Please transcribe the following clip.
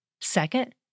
Second